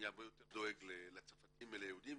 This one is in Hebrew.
אני הרבה יותר דואג לצרפתים מליהודים,